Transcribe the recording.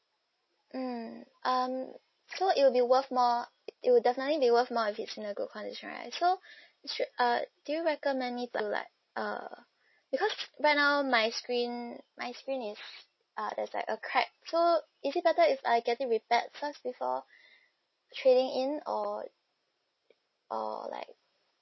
mm um so it will be worth more it will definitely be worth more if it's in a good condition right so it should uh do you recommend me to like err because right now my screen my screen is uh there's like a crack so is it better if I get it repaired first before trading in or or like